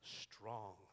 strong